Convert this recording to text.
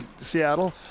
Seattle